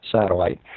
Satellite